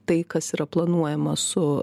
tai kas yra planuojama su